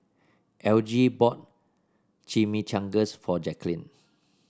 Elgie bought Chimichangas for Jacklyn